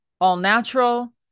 all-natural